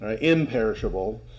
imperishable